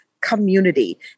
community